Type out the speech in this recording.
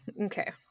Okay